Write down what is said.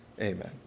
Amen